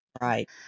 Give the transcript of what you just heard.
Right